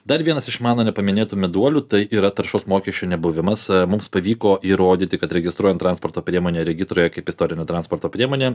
dar vienas iš mano nepaminėtų meduolių tai yra taršos mokesčių nebuvimas mums pavyko įrodyti kad registruojant transporto priemonę regitroje kaip istorinę transporto priemonę